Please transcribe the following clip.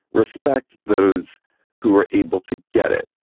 respect those who are able to get it.